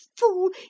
fool